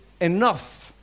enough